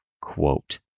quote